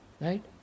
Right